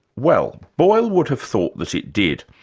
well, boyle would have thought that it did,